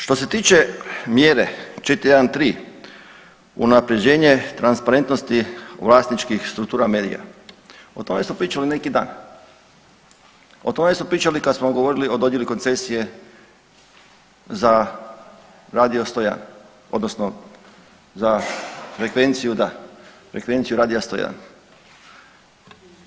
Što se tiče mjere 4.1.3. unapređenje transparentnosti vlasničkih struktura medija, o tome smo pričali neki dan, o tome smo pričali kada smo govorili o dodjeli koncesije za Radio 101 odnosno za frekvenciju da, frekvenciju Radija 101.